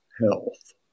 health